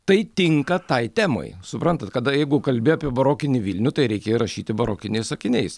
tai tinka tai temai suprantat kada jeigu kalbi apie barokinį vilnių tai reikia ir rašyti barokiniais sakiniais